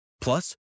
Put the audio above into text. Plus